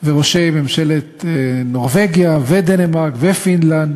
וראשי ממשלות נורבגיה, דנמרק ופינלנד